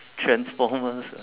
transformers